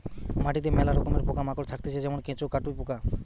মাটিতে মেলা রকমের পোকা মাকড় থাকতিছে যেমন কেঁচো, কাটুই পোকা